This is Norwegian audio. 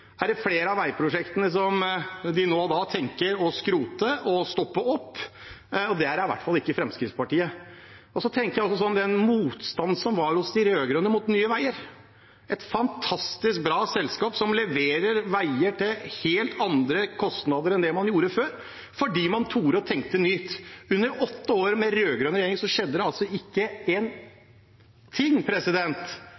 er det flere av veiprosjektene de nå tenker å skrote og stoppe opp, og der er i hvert fall ikke Fremskrittspartiet. Jeg tenker også på motstanden som var blant de rød-grønne mot Nye Veier – et fantastisk bra selskap som leverer veier til helt andre kostnader enn man gjorde før, fordi man turte å tenke nytt. Under åtte år med rød-grønn regjering skjedde det altså ikke